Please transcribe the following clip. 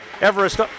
Everest